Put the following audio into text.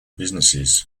businesses